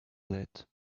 light